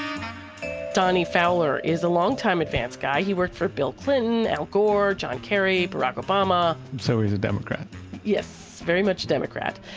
donny fowler is a long-time advance guy. he worked for bill clinton, al gore, john kerry, barack obama so, he's a democrat yes, very much democrat.